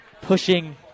pushing